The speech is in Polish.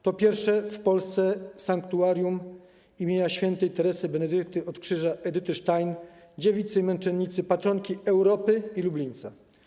To pierwsze w Polsce sanktuarium im. św. Teresy Benedykty od Krzyża - Edyty Stein, dziewicy i męczennicy, patronki Europy i Lublińca.